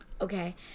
okay